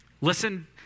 Listen